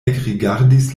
ekrigardis